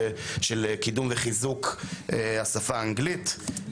של קידום וחיזוק השפה האנגלית,